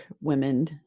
women